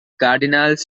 cardinals